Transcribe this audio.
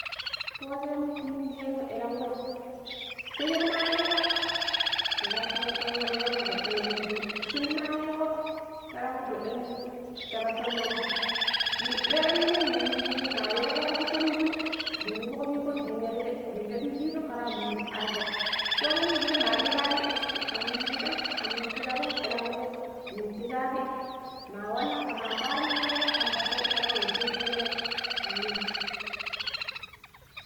Fushemu penijeno elengkui sheket mayiko nirati patton arsha njobbina nong shinu, shuni mayiko tarang rugada nong shinu ta npatton mandi minu doi taminai minu yishi kishimo ma wekeko shikko nong shinu dan ibugo shikko dang merije dang shadu shiju kera munju arshau fushe minje mari ibani ibishi a munshi pidam a munji pida kuim elenkui minu ta shaabi ma wanna kema kparan arshau kan patton tarang watteju sheleko kan ibi.